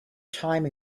time